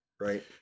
right